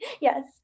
Yes